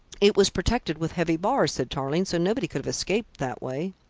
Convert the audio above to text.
it was protected with heavy bars, said tarling, so nobody could have escaped that way.